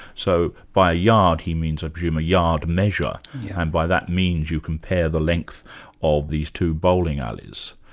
so by a yard, he means, i presume, a yard measure, and by that means you compare the length of these two bowling alleys.